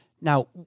Now